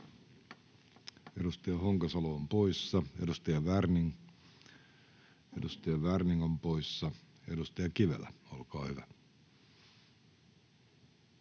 edustaja Honkasalo on poissa. Edustaja Werning, edustaja Werning on poissa. — Edustaja Kivelä, olkaa hyvä.